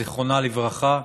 זכרה לברכה,